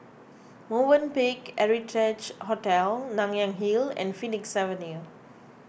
Movenpick Heritage Hotel Nanyang Hill and Phoenix Avenue